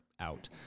Out